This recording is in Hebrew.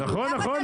נכון,